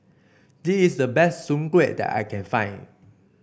this is the best Soon Kway that I can find